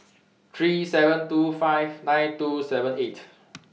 three thousand seven hundred and twenty five nine thousand two hundred and seventy eight